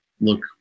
look